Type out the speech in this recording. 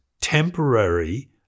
temporary